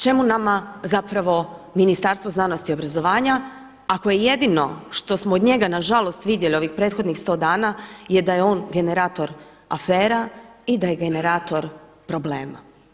Čemu nama zapravo Ministarstvo znanosti i obrazovanja ako je jedino što smo od njega na žalost vidjeli ovih prethodnih 100 dana je da je on generator afera i da je generator problema.